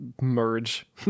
merge